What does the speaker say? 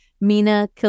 Mina